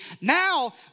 Now